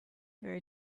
very